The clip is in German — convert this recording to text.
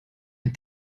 ein